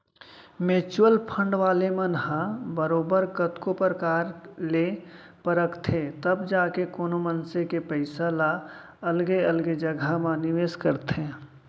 mutual fund वाले मन ह बरोबर कतको परकार ले परखथें तब जाके कोनो मनसे के पइसा ल अलगे अलगे जघा म निवेस करथे